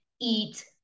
eat